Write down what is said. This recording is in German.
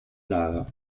lager